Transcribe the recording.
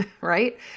right